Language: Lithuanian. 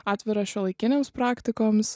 atvirą šiuolaikinėms praktikoms